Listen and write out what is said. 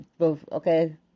okay